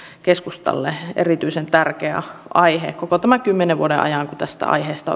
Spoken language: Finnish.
keskustalle erityisen tärkeä aihe koko tämän kymmenen vuoden ajan kun tästä aiheesta